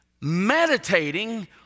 meditating